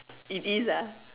it is ah